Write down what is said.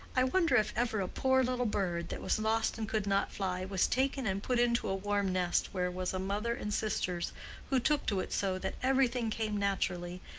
i wonder if ever a poor little bird, that was lost and could not fly, was taken and put into a warm nest where was a mother and sisters who took to it so that everything came naturally,